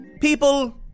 People